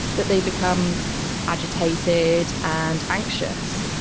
that they become agitated and anxious.